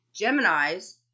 Geminis